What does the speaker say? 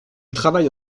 travaille